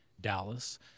Dallas